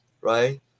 Right